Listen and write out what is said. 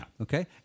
okay